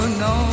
no